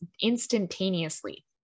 instantaneously